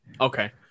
Okay